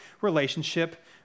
relationship